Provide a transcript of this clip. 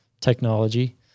technology